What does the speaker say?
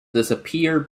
disappeared